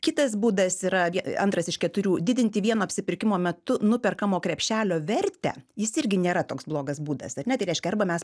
kitas būdas yra antras iš keturių didinti vieno apsipirkimo metu nuperkamo krepšelio vertę jis irgi nėra toks blogas būdas ar ne tai reiškia arba mes